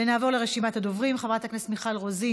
נעבור לרשימת הדוברים: חברת הכנסת מיכל רוזין,